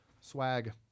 swag